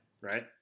right